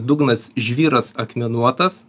dugnas žvyras akmenuotas